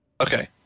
Okay